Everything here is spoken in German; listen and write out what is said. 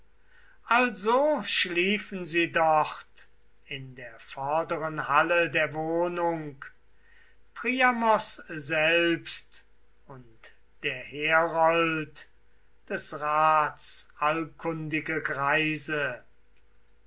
also schliefen sie dort in der vorderen halle der wohnung priamos selbst und der herold des rats allkundige greise